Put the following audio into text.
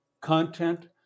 content